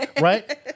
right